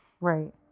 Right